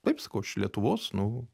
taip sakau aš iš lietuvos nu